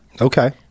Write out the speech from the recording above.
Okay